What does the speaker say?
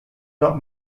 not